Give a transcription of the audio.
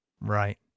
right